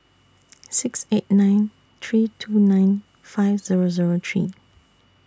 six eight nine three two nine five Zero Zero three